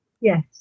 Yes